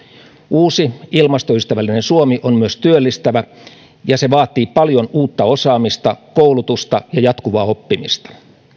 uusi ilmastoystävällinen suomi on myös työllistävä ja se vaatii paljon uutta osaamista koulutusta ja jatkuvaa oppimista